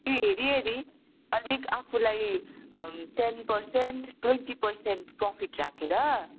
त्यो हेरी हेरी अलिक आफूलाई ten percent twenty percent profit राखेर